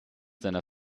seiner